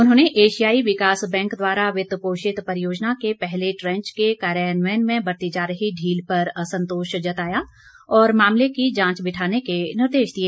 उन्होंने एशियाई विकास बैंक द्वारा वित्त पोषित परियोजना के पहले ट्रेंच के कार्यान्वयन में बरती जा रही ढील पर असंतोष जताया और मामले की जांच बिठाने के निर्देश दिए